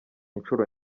inshuro